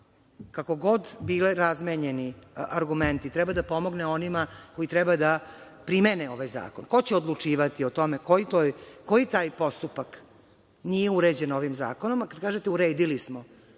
kako god bili razmenjeni argumenti, treba da pomogne onima koji treba da primene ovaj zakon. Ko će odlučivati o tome koji taj postupak nije uređen ovim zakonom? Vi kažete – uredili smo